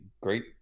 great